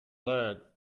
lad